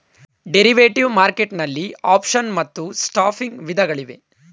derivative market ನಲ್ಲಿ option ಮತ್ತು swapping ವಿಧಗಳಿವೆ